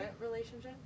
relationship